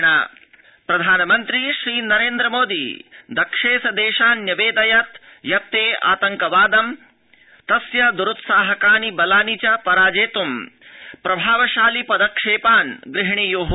प्रधानमन्त्री दक्षेससम्मेलनम् प्रधानमन्त्री श्रीनरेन्द्र मोदी दक्षेस देशान् न्यवेदयत् यत्ते आतंकवादं तस्य द्रुत्साहकानि बलानि च पराजेत् प्रभावशालि पदक्षेपान् गृहणीय्